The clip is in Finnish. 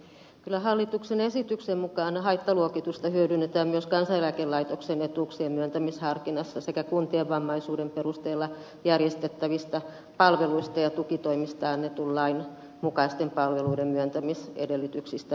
kyllä hallituksen esityksen mukaan haittaluokitusta hyödynnetään myös kansaneläkelaitoksen etuuksien myöntämisharkinnassa sekä kuntien vammaisuuden perusteella järjestettävistä palveluista ja tukitoimista annetun lain mukaisten palveluiden myöntämisedellytyksistä päätettäessä